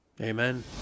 Amen